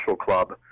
Club